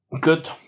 Good